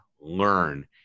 learn